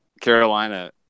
Carolina